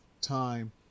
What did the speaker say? time